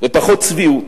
ופחות צביעות.